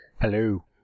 Hello